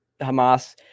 hamas